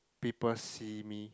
people see me